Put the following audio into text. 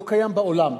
לא קיים בעולם,